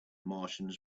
martians